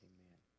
Amen